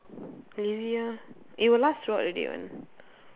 lazy ah it will last throughout the day one